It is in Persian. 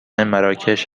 مراکش